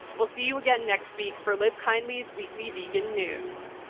we'll see you again next week for livekindly's weekly vegan news.